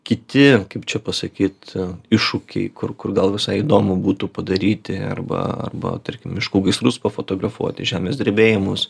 kiti kaip čia pasakyt iššūkiai kur kur gal visai įdomu būtų padaryti arba arba tarkim miškų gaisrus pafotografuoti žemės drebėjimus